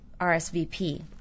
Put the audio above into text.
RSVP